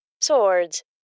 swords